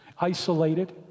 isolated